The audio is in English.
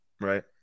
right